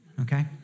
okay